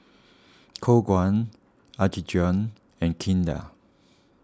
Khong Guan Apgujeong and Kinder